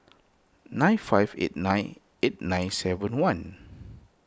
nine five eight nine eight nine seven one